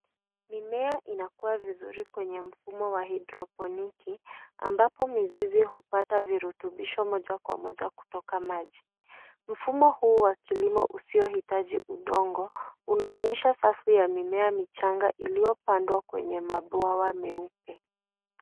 Mimea inakua vizuri kwenye mfumo wa haidroponiki ambapo mizizi hupata virutubisho moja kwa moja kutoka maji. Mfumo huu wa kilimo usiohitaji udongo unaonyesha safu ya mimea michanga iliyopandwa kwenye mabwawa meupe.